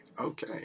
Okay